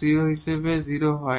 0 হিসাবে 0 হয়